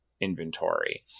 inventory